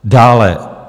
Dále.